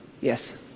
yes